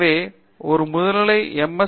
எனவே ஒரு முதுகலைப் பட்டம் குறிப்பாக எம்